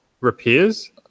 repairs